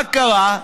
מה קרה?